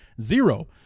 zero